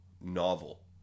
novel